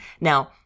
now